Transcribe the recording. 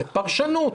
בפרשנות,